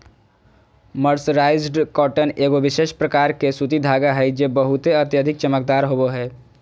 mercerised cotton एगो विशेष प्रकार के सूती धागा हय जे बहुते अधिक चमकदार होवो हय